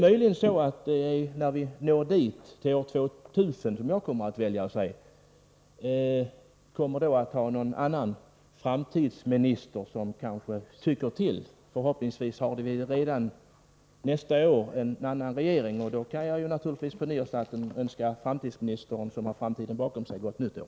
Men när vi når fram till år tvåtusen, som jag kommer att välja att säga, har vi kanske en framtidsminister som tycker till. Förhoppningsvis har vi redan nästa år en annan regering, och då kan jag naturligtvis på nyårsnatten önska framtidsministern som har framtiden bakom sig gott nytt år.